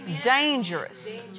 Dangerous